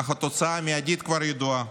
אך התוצאה המיידית כבר ידועה.